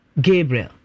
Gabriel